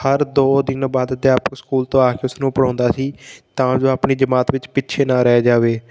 ਹਰ ਦੋ ਦਿਨ ਬਾਅਦ ਅਧਿਆਪਕ ਸਕੂਲ ਤੋਂ ਆ ਕੇ ਉਸਨੂੰ ਪੜ੍ਹਾਉਂਦਾ ਸੀ ਤਾਂ ਜੋ ਆਪਣੀ ਜਮਾਤ ਵਿੱਚ ਪਿੱਛੇ ਨਾ ਰਹਿ ਜਾਵੇ